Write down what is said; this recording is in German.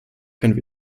können